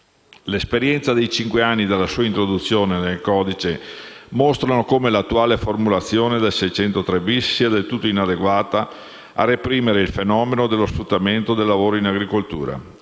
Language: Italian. L'esperienza dei cinque anni dalla sua introduzione nel codice mostra come l'attuale formulazione dell'articolo 603-*bis* sia del tutto inadeguata a reprimere il fenomeno dello sfruttamento del lavoro in agricoltura.